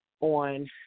on